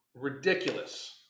Ridiculous